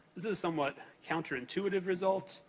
this is a somewhat counterintuitive result,